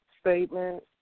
statement